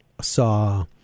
saw